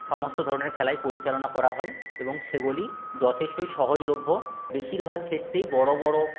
সমস্ত ধরণের খেলাই পরিচালনা করা হয় এবং সেগুলি যথেষ্টই সহজলভ্য বেশিরভাগ ক্ষেত্রেই বড় বড়